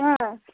हँ